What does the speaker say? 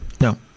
No